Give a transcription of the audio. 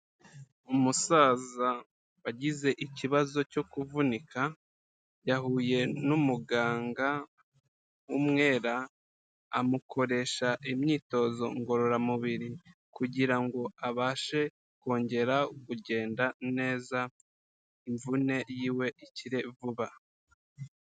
Umusaza wagize ikibazo cyo kuvunika yahuye n'umuganga w'umwera amukoresha imyitozo ngororamubiri, kugira ngo abashe kongera kugenda neza imvune yiwe ikire vuba.